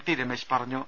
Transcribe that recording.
T Ramesh പറഞ്ഞു